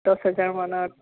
দহ হেজাৰ মানত